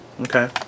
Okay